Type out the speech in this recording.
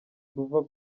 ruva